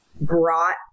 brought